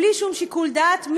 בלי שום שיקול דעת.